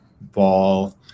ball